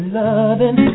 loving